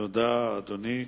תודה, אדוני.